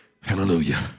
hallelujah